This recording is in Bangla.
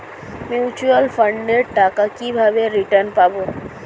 মিউচুয়াল ফান্ডের টাকা কিভাবে রিটার্ন পাব?